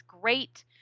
great